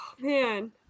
Man